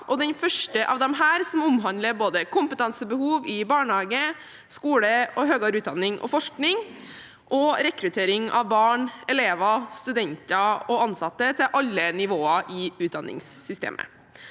og den første av disse som omhandler både kompetansebehov i barnehage, skole og høyere utdanning og forskning, og rekruttering av barn, elever, studenter og ansatte til alle nivåer i utdanningssystemet.